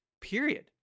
period